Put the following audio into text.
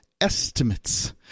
estimates